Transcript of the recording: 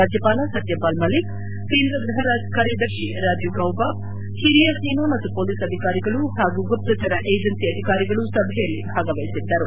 ರಾಜ್ಪಾಲ ಸತ್ತಪಾಲ್ ಮಲ್ಲಿಕ್ ಕೇಂದ್ರ ಗ್ಲಹ ಕಾರ್ಯದರ್ಶಿ ರಾಜೀವ್ ಗೌಬಾ ಹಿರಿಯ ಸೇನಾ ಮತ್ತು ಮೊಲೀಸ್ ಅಧಿಕಾರಿಗಳು ಹಾಗೂ ಗುಪ್ತಚರ ಏಜೆನ್ನಿ ಅಧಿಕಾರಿಗಳು ಸಭೆಯಲ್ಲಿ ಭಾಗವಹಿಸಿದ್ದರು